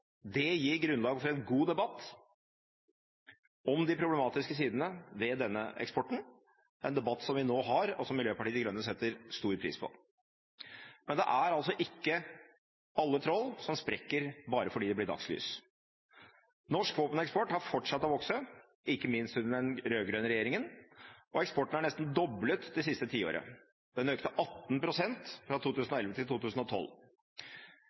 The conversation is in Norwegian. Det gir grunnlag for en god debatt om de problematiske sidene ved denne eksporten – en debatt som vi nå har, og som Miljøpartiet De Grønne setter stor pris på. Men det er altså ikke alle troll som sprekker bare fordi det blir dagslys. Norsk våpeneksport har fortsatt å vokse, ikke minst under den rød-grønne regjeringen, og eksporten er nesten doblet det siste tiåret. Den økte med 18 pst. fra 2011 til 2012.